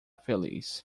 feliz